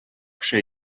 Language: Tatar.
кеше